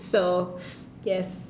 so yes